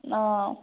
অঁ